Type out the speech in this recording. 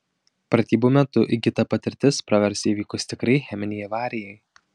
pratybų metu įgyta patirtis pravers įvykus tikrai cheminei avarijai